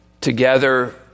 together